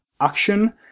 action